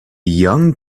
young